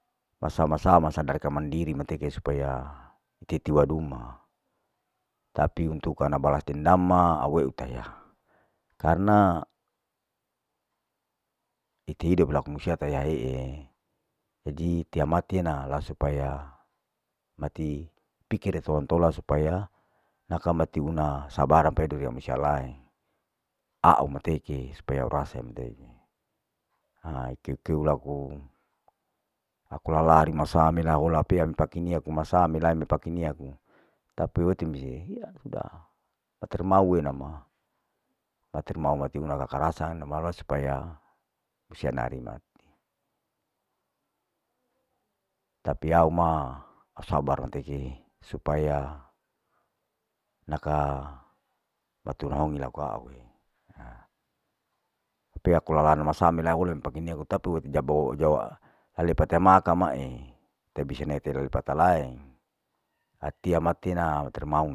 Masa masa masa darikan mandiri mateke supaya tetiwaduma, tapi untuk ana balas dendam ma au eu tayya, karna ite hidop laku musia tahiya hei, jadi tena mati ena la supaya mati pikire tolan tola, supaya naka mati niuna sabarang pedu ria misia laeng, aau mateeke supaya urasa undeke, akeu kue laku aku lala rima sala mela hola pea mipake nia kumasa melai mi pake niaku, tapi mete rise riya nida, matir mau wela ma, matir mau matir una kakarasan mala supaya usia nariuna, tapi au ma tasabarang teke, supaya naka matir houni laku aau, pea ku lala na masa melai hola mi pake nia ko tapi jabowo jawa, hale pati hama kamae tai bisa neter nipata laeng hatina mati na meter mau.